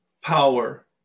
power